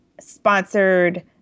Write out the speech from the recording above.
sponsored